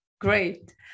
great